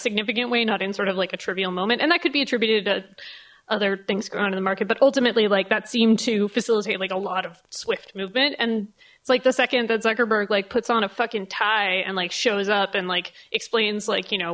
significant way not in sort of like a trivial moment and that could be attributed to other things going on in the market but ultimately like that seemed to facilitate like a lot of swift movement and it's like the second that zuckerberg like puts on a fucking tie and like shows up and like explains like you know